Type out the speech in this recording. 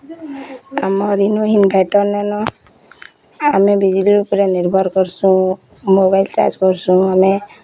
ଆମର୍ ଇନୁ ଡ଼ାଟା ନାଇଁନ ଆମେ ବିଜ୍ଲୀ ଉପରେ ନିର୍ଭର୍ କର୍ସୁଁ ମୋବାଇଲ୍ ଚାର୍ଜ୍ କର୍ସୁଁ ଆମେ